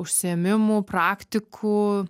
užsiėmimų praktikų